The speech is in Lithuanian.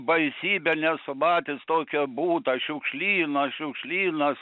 baisybę nesu matęs tokio buto šiukšlyno šiukšlynas